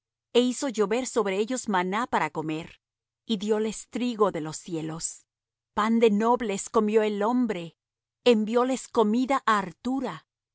e hizo llover sobre ellos maná para comer y dióles trigo de los cielos pan de nobles comió el hombre envióles comida